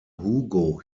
hugo